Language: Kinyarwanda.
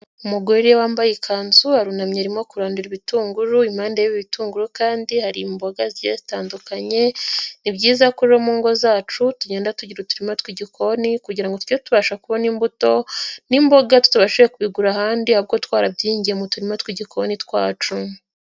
Umugore wambaye ikanzu arunamye arimo kurodurwa ibitunguru impande y'ibitunguru kandi hari imboga zitandukanye, ni byiza kuri mu ngo zacu tugenda tugira uturima tw'igikoni kugira tujye tubasha kubona imbuto n'imboga tubashe kubigura ahandi ahubwo twarabyiyinmgiye mu turi tw'igikoni twacu.